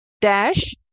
dash